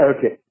Okay